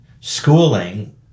schooling